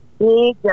big